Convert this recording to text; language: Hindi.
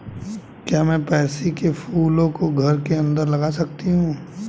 क्या मैं पैंसी कै फूलों को घर के अंदर लगा सकती हूं?